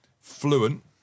Fluent